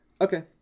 Okay